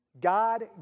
God